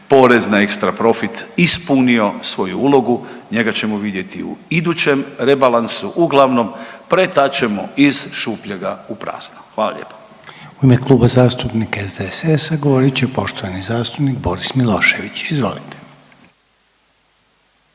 porez na ekstra profit ispunio svoju ulogu, njega ćemo vidjeti u idućem rebalansu, uglavnom pretačemo iz šupljega u prazno, hvala lijepa. **Reiner, Željko (HDZ)** U ime Kluba zastupnika SDSS-a govorit će poštovani zastupnik Boris Milošević, izvolite.